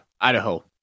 Idaho